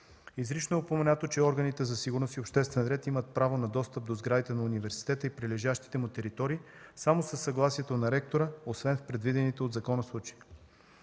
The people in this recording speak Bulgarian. Изрично е упоменато, че органите за сигурност и обществен ред имат право на достъп до сградите на университета и прилежащите му територии само със съгласието на ректора, освен в предвидените от закона случаи.